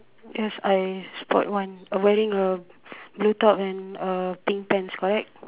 yes I spot one uh wearing a blue top and a pink pants correct